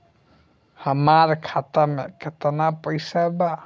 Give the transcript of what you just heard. हमार खाता में केतना पैसा बा?